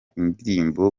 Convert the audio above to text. indirimbo